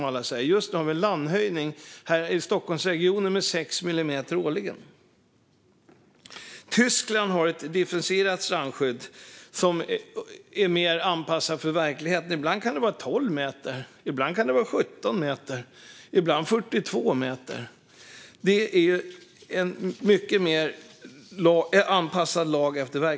I Stockholmsregionen har vi landhöjning med sex millimeter årligen. Tyskland har ett differentierat strandskydd som är mer anpassat till verkligheten. Ibland är det 12 meter, ibland 17 meter och ibland 42 meter. Fru talman!